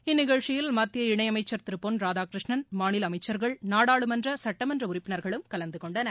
இந்நிகழ்ச்சியில் மத்திய இணையமைச்சர் திரு பொன் ராதாகிருஷ்ணன் மாநில அமைச்சர்கள் நாடாளுமன்ற சட்டமன்ற உறுப்பினர்களும் கலந்துகொண்டனர்